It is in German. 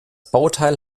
bauteil